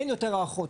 אין יותר הארכות.